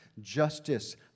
justice